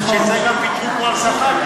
בשביל זה גם ויתרו פה על שכר,